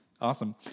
Awesome